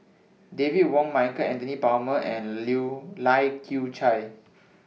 David Wong Michael Anthony Palmer and Lai Kew Chai